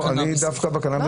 על קנאביס רפואי?